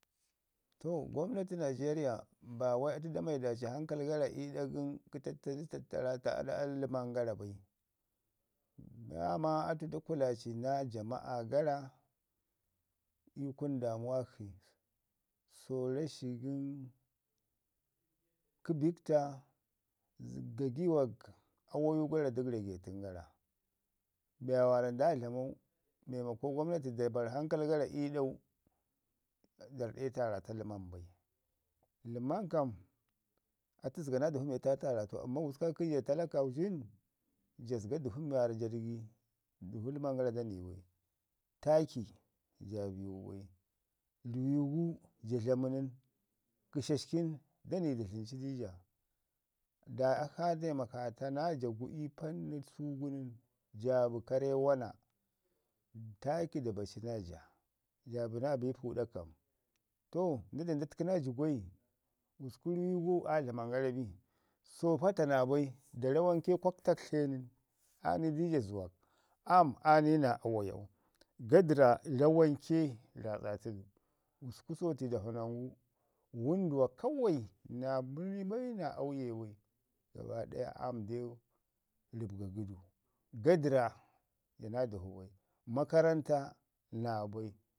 To, gwamnati Nigeria ba wai atu da maidatu ii ɗa gən tatali tattaraata aɗa ləman bai daame atu da kulaci naa jama'a gara ii kunu daamuwak shi, so roshin gən kə bikta gagiwak, awayu gare dək ragetən gara, be waarra nda dlamau, Maimako gwambati da bari hankali, ii ɗau, da rrəɗe tarata ləman bai. Ləman kam atu zəga naa be atu zəga dəvu mi atu aa kataratau, amman gusku kaakə ja talakauein, ja ɗəga dəru mi waarra ja ɗəgi dəvu ləmangaza gara da nai bai, taaki da baaci naaje, jaa bi naa bi puɗa kam. To, nda de nda təki naa jigwai, gusku ruwi gu a a dlamman garo bi? so pata naabai rawanki kwaktak tlən nən aa ni dija zuwak am aa ni naa awayau gadərra rawanke ratsatu du. Gusku sotai davanangu wəndume kawai, naa bɗrrni bai naa kauye bai, gaba ɗaya am deu rɗbgaga du. Gadərna, ja naa dəvu bai, makarranta naa bai,